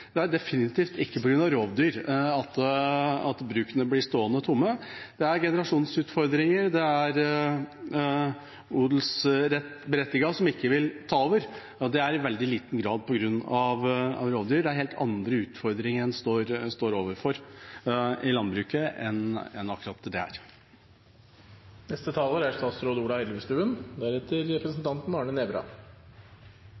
Det er definitivt ikke på grunn av rovdyr at brukene blir stående tomme. Det er generasjonsutfordringer, det er odelsberettigede som ikke vil ta over. Det er i veldig liten grad på grunn av rovdyr. Det er helt andre utfordringer en står overfor i landbruket enn akkurat dette. Jeg skal prøve å svare noe mer. Det første er